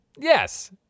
Yes